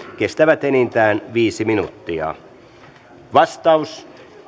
kestävät enintään viisi minuuttia valtioneuvoston vastaus